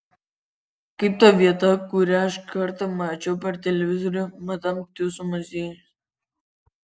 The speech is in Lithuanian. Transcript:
kaip ta vieta kurią aš kartą mačiau per televizorių madam tiuso muziejus